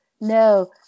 no